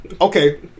Okay